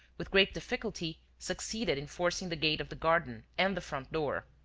with great difficulty, succeeded in forcing the gate of the garden and the front door.